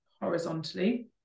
horizontally